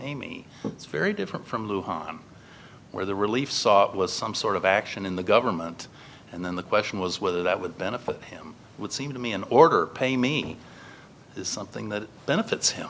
amy it's very different from where the relief sought was some sort of action in the government and then the question was whether that would benefit him would seem to me in order pay me something that benefits him